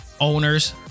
owners